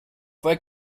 fue